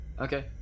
Okay